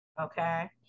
Okay